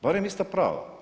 Barem ista prava.